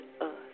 earth